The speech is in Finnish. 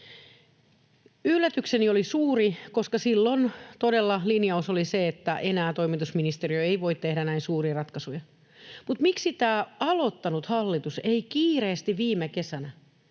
Yllätykseni oli suuri: Silloin todella linjaus oli se, että enää toimitusministeristö ei voi tehdä näin suuria ratkaisuja, mutta miksi tämä aloittanut hallitus ei kiireesti viime kesänä